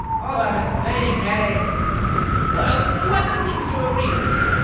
also i have a splitting headache well, the weather seems to agree with you.